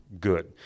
good